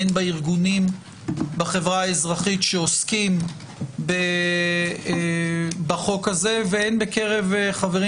הן בארגונים בחברה האזרחית שעוסקים בחוק הזה והן בקרב חברים